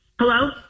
Hello